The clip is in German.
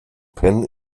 penh